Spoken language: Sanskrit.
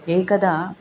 एकदा